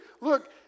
look